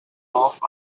off